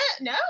No